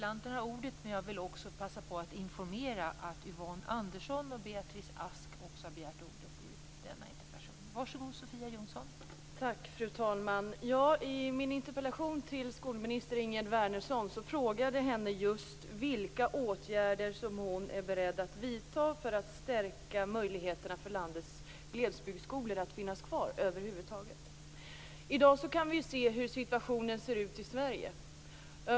Fru talman! I min interpellation till skolminister Ingegerd Wärnersson frågade jag henne just vilka åtgärder hon är beredd att vidta för att stärka möjligheterna för landets glesbygdsskolor att över huvud taget finnas kvar. Vi kan i dag se hur situationen ser ut i Sverige.